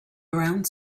around